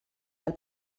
del